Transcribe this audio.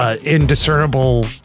Indiscernible